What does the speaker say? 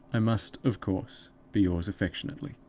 i must, of course, be yours affectionately.